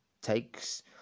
takes